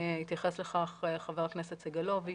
התייחס לכך חבר הכנסת סגלוביץ'.